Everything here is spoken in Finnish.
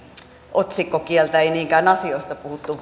otsikkokieltä ei niinkään asioista puhuttu